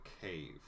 cave